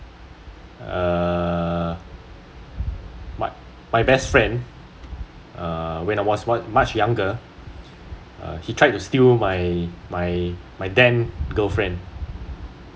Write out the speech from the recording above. uh my my best friend uh when I was much younger uh he tried to steal my my my then girlfriend